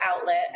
outlet